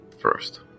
first